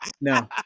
no